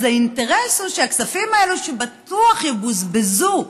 אז האינטרס הוא שהכספים האלה, שבטוח יבוזבזו